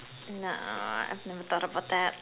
nah I've never thought about that